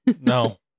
No